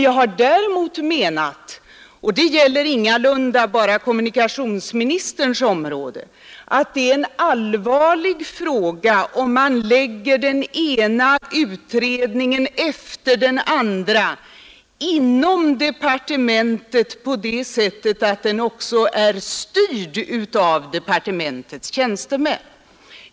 Jag har däremot menat — och det gäller ingalunda bara kommunikationsministerns område — att det är en allvarlig fråga om man lägger den ena utredningen efter den andra inom departementet på det sättet att den också är styrd av departementets tjänstemän.